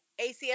ACS